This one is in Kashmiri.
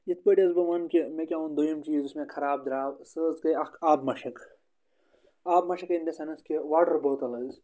یِتھ پٲٹھۍ حظ بہٕ وَن کہِ مےٚ کیٛاہ اوٚن دٔیِم چیٖز یُس مےٚ خراب درٛاو سُہ حظ گٔے اَکھ آبہٕ مَشٕک آبہٕ مشٕک أنۍ مےٚ سَنَس کہِ واٹَر بوتل حظ